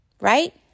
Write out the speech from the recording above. right